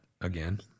again